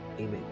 Amen